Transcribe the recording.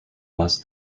less